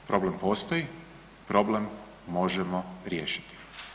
Problem postoji, problem možemo riješiti.